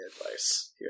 advice